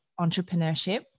entrepreneurship